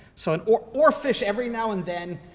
so and ore ore fish, every now and then,